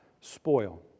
spoil